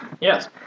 Yes